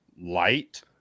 light